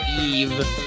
eve